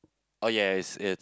oh yeah it's it's